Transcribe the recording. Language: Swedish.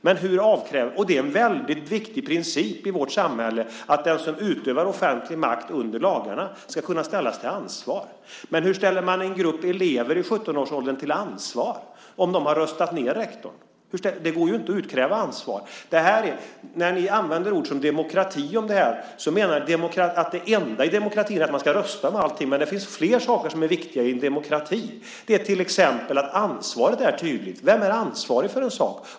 Det är en viktig princip i vårt samhälle att den som utövar offentlig makt under lagarna ska kunna ställas till ansvar. Men hur ställer man en grupp elever i 17-årsåldern till ansvar om de har röstat ned rektorn? Då går det ju inte att utkräva ansvar. När ni använder ord som demokrati om det här är det enda i demokratin att man ska rösta om allting, men det finns flera saker som är viktiga i en demokrati. Det är till exempel att ansvaret är tydligt. Vem är ansvarig för en sak?